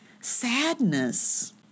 sadness